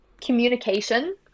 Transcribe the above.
communication